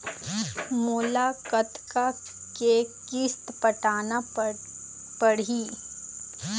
मोला कतका के किस्त पटाना पड़ही?